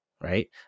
right